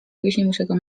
küsimusega